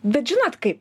bet žinot kai